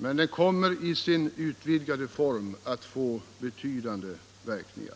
Men Iden kommer i sin utvidgade form att få betydande verkningar.